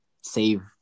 save